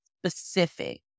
specific